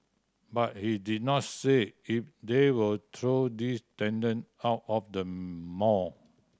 but he did not say if they will throw these tenant out of the mall